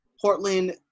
Portland